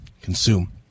consume